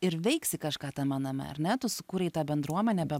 ir veiksi kažką tame name ar ne tu sukūrei tą bendruomenę be